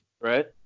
right